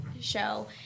show